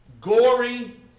gory